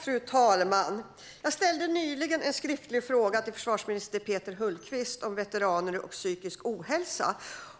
Fru talman! Jag ställde nyligen en skriftlig fråga till försvarsminister Peter Hultqvist om veteraner och psykisk ohälsa.